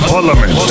Parliament